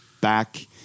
back